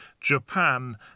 Japan